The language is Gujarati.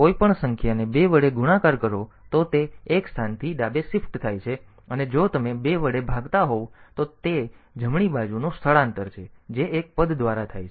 તેથી જો તમે કોઈપણ સંખ્યાને 2 વડે ગુણાકાર કરો તો તે એક સ્થાનથી ડાબે શિફ્ટ થાય છે અને જો તમે 2 વડે ભાગતા હોવ તો તે જમણી બાજુનું સ્થળાંતર છે જે એક પદ દ્વારા થાય છે